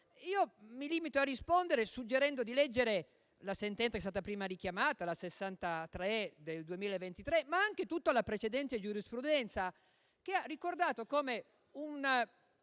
mi limito a rispondere suggerendo di leggere la sentenza che è stata prima richiamata, la n. 63 del 2023, ma anche tutta la precedente giurisprudenza, che ha ricordato come un